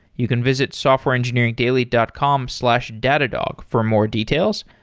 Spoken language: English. you can visit softwareengineeringdaily dot com slash datadog for more details.